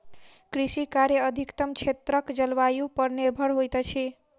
कृषि कार्य अधिकतम क्षेत्रक जलवायु पर निर्भर होइत अछि